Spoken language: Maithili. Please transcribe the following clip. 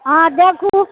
अहाँ देखु